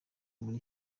muri